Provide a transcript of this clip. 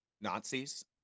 Nazis